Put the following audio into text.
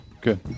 good